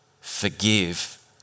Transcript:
Forgive